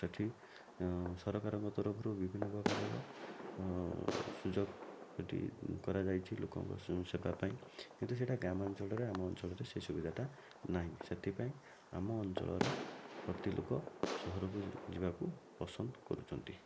ସେଠି ସରକାରଙ୍କ ତରଫରୁ ବିଭିନ୍ନ ପ୍ରକାରର ସୁଯୋଗ ସେଠି କରାଯାଇଛି ଲୋକଙ୍କ ସ ସେବା ପାଇଁ କିନ୍ତୁ ସେଇଟା ଗ୍ରାମାଞ୍ଚଳରେ ଆମ ଅଞ୍ଚଳରେ ସେ ସୁବିଧାଟା ନାହିଁ ସେଥିପାଇଁ ଆମ ଅଞ୍ଚଳର ପ୍ରତି ଲୋକ ସହରକୁ ଯି ଯିବାକୁ ପସନ୍ଦ କରୁଛନ୍ତି